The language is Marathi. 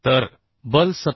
तर बल 17